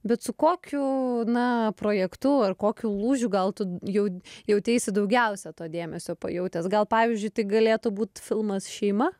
bet su kokiu na projektu ar kokiu lūžiu gal tu jau jauteisi daugiausia to dėmesio pajautęs gal pavyzdžiui tai galėtų būti filmas šeima